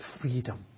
Freedom